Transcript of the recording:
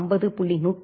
50